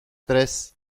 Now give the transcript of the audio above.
tres